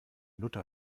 luther